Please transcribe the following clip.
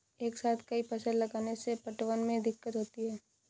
एक साथ कई फसल लगाने से पटवन में दिक्कत होती है